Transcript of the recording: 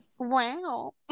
wow